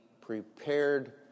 prepared